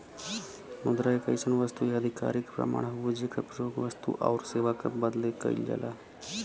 मुद्रा एक अइसन वस्तु या आधिकारिक प्रमाण हउवे जेकर प्रयोग वस्तु आउर सेवा क बदले कइल जाला